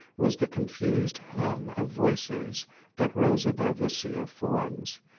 was the confused hum of voices that rose above the sea of forms,